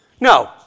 No